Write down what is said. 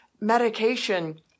medication